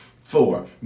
Four